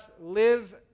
live